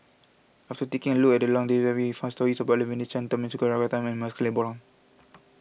after taking a look at fast stories Chang Tharman Shanmugaratnam and MaxLe Blond